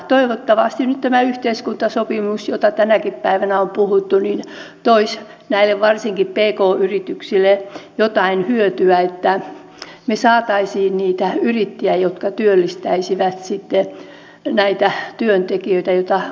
toivottavasti nyt tämä yhteiskuntasopimus josta tänäkin päivänä on puhuttu toisi varsinkin näille pk yrityksille jotain hyötyä että me saisimme niitä yrittäjiä jotka työllistäisivät sitten näitä työntekijöitä